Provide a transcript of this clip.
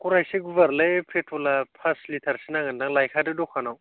हाख'रा एसे गुवार लै पेट्रला पास लिटारसो नांगोन दां लायखादो द'खानाव